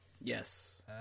yes